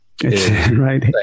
Right